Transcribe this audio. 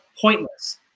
pointless